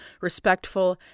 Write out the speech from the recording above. respectful